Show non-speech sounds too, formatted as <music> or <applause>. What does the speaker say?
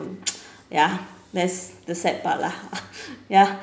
<noise> ya that's the sad part lah <laughs> ya